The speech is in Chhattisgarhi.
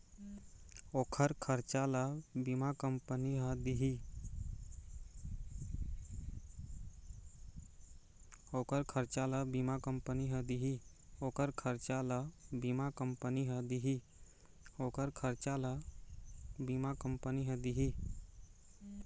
ओखर खरचा ल बीमा कंपनी ह दिही